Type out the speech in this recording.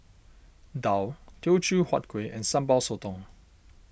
Daal Teochew Huat Kuih and Sambal Sotong